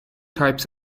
types